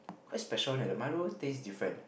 very special leh the Milo tastes different